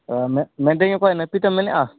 ᱢᱮᱱ ᱢᱮᱱᱮᱫᱟᱹᱧ ᱚᱠᱚᱭ ᱱᱟᱹᱯᱤᱛᱮᱢ ᱢᱮᱱᱮᱜᱼᱟ